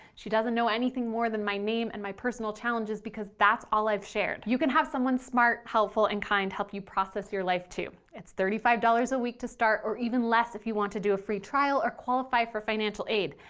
she doesn't know anything more than my name and my personal challenges because that's all i've shared. you can have someone smart, helpful, and kind help you process your life, too. it's thirty five dollars a week to start or even less if you want to do a free trial or qualify for financial aid.